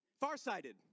Farsighted